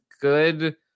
good